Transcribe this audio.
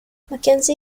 mckenzie